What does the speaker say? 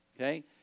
Okay